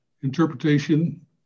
interpretation